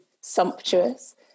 sumptuous